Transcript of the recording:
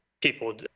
people